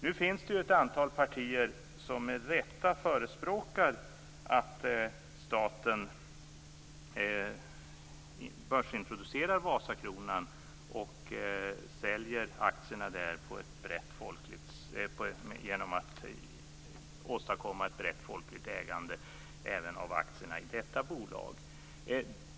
Nu finns det ett antal partier som med rätta förespråkar att staten börsintroducerar Vasakronan och säljer aktierna och därigenom åstadkommer ett brett folkligt ägande.